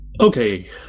Okay